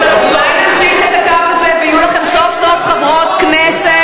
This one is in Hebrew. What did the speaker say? אז אולי נמשיך את הקו הזה ויהיו לכם סוף-סוף חברות כנסת.